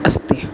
अस्ति